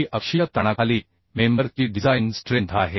ही अक्षीय ताणाखाली मेंबर ची डिझाइन स्ट्रेंथ आहे